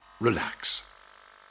relax